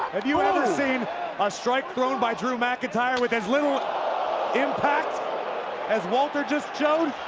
have you ever seen a strike thrown by drew mcintyre with as little impact as walter just showed?